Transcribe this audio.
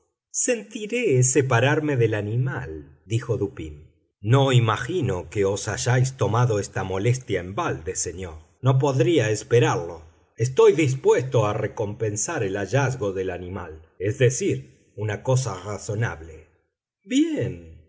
señor sentiré separarme del animal dijo dupín no imagino que os hayáis tomado esta molestia en balde señor no podría esperarlo estoy dispuesto a recompensar el hallazgo del animal es decir una cosa razonable bien